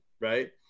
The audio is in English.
right